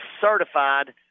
certified